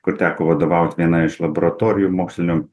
kur teko vadovaut vienai iš laboratorijų mokslinių